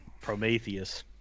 prometheus